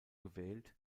gewählt